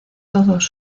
todos